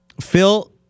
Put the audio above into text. Phil